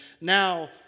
now